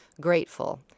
grateful